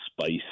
spice